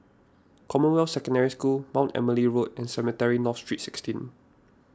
Commonwealth Secondary School Mount Emily Road and Cemetry North Street sixteen